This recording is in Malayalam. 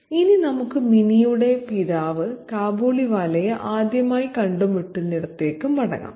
ഇനി നമുക്ക് മിനിയുടെ പിതാവ് കാബൂളിവാലയെ ആദ്യമായി കണ്ടുമുട്ടുന്നിടത്തേക്ക് മടങ്ങാം